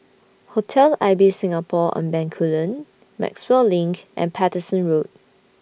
Hotel Ibis Singapore on Bencoolen Maxwell LINK and Paterson Road